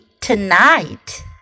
tonight